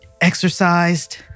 exercised